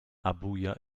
abuja